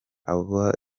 abo